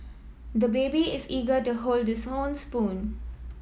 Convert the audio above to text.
the baby is eager to hold this own spoon